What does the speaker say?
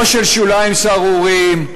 לא של שוליים סהרוריים,